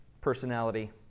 personality